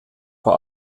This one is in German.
vor